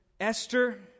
Esther